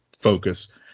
focus